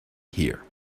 here